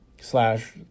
slash